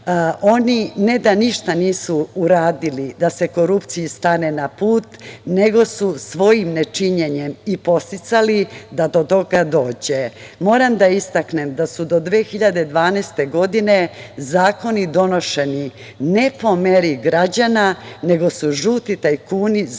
Oni ne da ništa nisu uradili da se korupciji stane na put, nego su svojim nečinjenjem i podsticali da do toga dođe. Moram da istaknem da su do 2012. godine zakoni donošeni ne po meri građana, nego su žuti tajkuni zakone